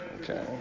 Okay